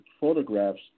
photographs